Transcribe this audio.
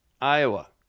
Iowa